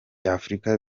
by’afurika